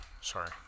Sorry